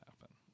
happen